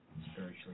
spiritually